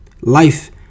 Life